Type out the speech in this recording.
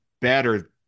better